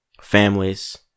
families